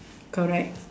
correct